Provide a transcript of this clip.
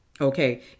Okay